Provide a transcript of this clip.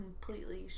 completely